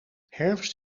herfst